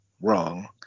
wrong